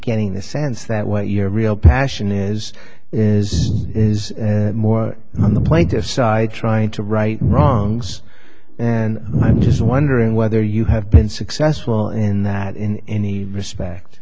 getting the sense that what your real passion is is more on the plaintiffs side trying to right wrongs and i'm just wondering whether you have been successful in that in any respect